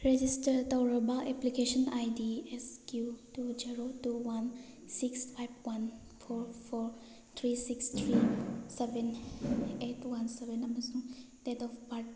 register ꯇꯧꯔꯕ application I D S Q two zero two one six five one four four three six three seven eight one seven ꯑꯃꯁꯨꯡ date of birth